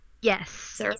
Yes